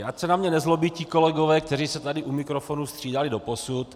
Ať se na mě nezlobí ti kolegové, kteří se tady u mikrofonu střídali doposud.